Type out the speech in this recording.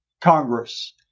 congress